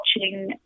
watching